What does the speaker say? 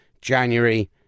January